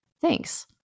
Thanks